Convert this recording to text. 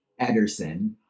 Ederson